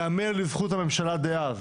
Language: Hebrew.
יאמר לזכות הממשלה דאז,